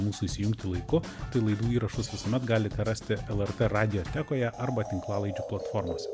mūsų įsijungti laiku tai laidų įrašus visuomet galite rasti lrt radiotekoje arba tinklalaidžių platformos